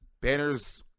banners